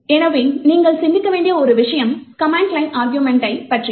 எனவே நீங்கள் சிந்திக்க வேண்டிய ஒரு விஷயம் கமாண்ட் லைன் ஆர்குமென்ட்ஸை பற்றியது